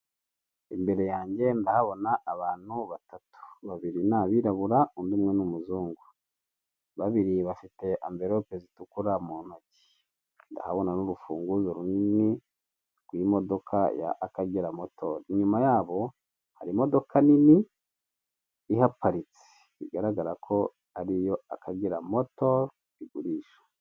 Imbere yange ndahabona abantu batatu, babiri ni abirabura undi umwe ni umuzungu, babiri bafite amverope zitukura mu ntoki, ndahabona n'urufunguzo runini rw'imodoka ya Akagera moto, inyuma yabo hari imodoka nini ihaparitse bigaragara ko ari iyo Akagera moto igurisha.